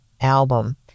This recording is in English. album